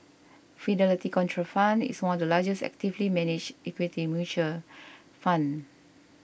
Fidelity Contrafund is one of the largest actively managed equity mutual fund